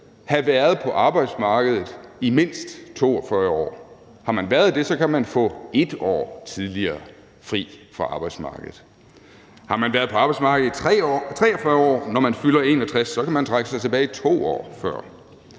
have været på arbejdsmarkedet i mindst 42 år. Har man været det, kan man få et år tidligere fri fra arbejdsmarkedet. Har man været på arbejdsmarkedet i 43 år, når man fylder 61 år, kan man trække sig tilbage 2 år før.